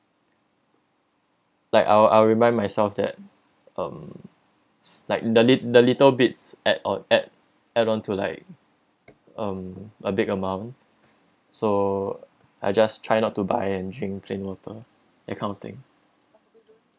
like I'll I'll remind myself that um like the lit~ the little bits add on add add onto like um a big amount so I just try not to buy and drink plain water that kind of thing